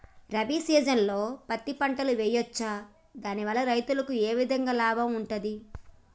రబీ సీజన్లో పత్తి పంటలు వేయచ్చా దాని వల్ల రైతులకు ఏ విధంగా లాభం ఉంటది?